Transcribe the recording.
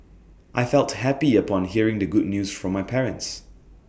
I felt happy upon hearing the good news from my parents